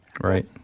Right